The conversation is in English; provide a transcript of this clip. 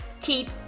keep